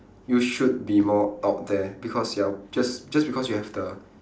you should be more out there because you're just just because you have the